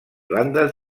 bandes